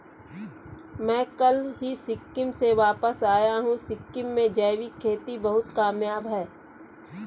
मैं कल ही सिक्किम से वापस आया हूं सिक्किम में जैविक खेती बहुत कामयाब है